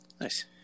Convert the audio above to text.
nice